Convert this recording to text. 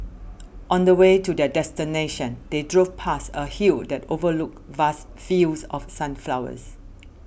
on the way to their destination they drove past a hill that overlooked vast fields of sunflowers